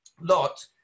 Lot